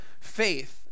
Faith